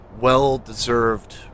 well-deserved